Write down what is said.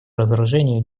разоружению